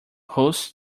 hosts